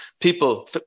people